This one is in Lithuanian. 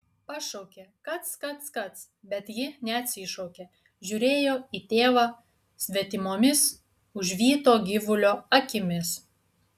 pašaukė kac kac kac bet ji neatsišaukė žiūrėjo į tėvą svetimomis užvyto gyvulio akimis